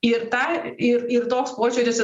ir ta ir ir toks požiūris